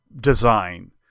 design